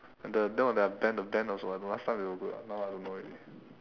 the no their band the band also I don't know last time they were good ah now I don't know already